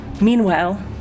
Meanwhile